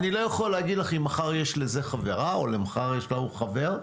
אני לא יכול להגיד לך אם מחר יש לזה חברה או מחר יש להוא חבר.